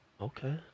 Okay